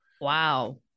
Wow